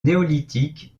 néolithique